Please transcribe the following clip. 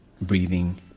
breathing